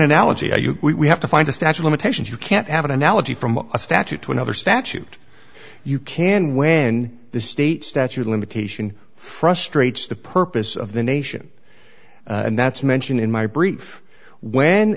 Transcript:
analogy to you we have to find a statue limitations you can't have an analogy from a statute to another statute you can win the state statute limitation frustrates the purpose of the nation and that's mentioned in my brief when